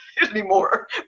anymore